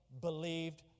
believed